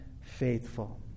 faithful